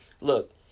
look